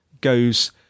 goes